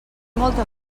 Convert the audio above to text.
molta